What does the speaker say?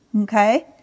Okay